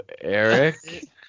Eric